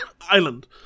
island